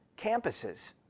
campuses